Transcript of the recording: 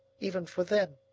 even for them.